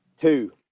Two